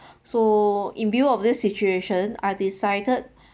so in view of this situation I decided